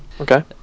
Okay